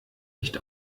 nicht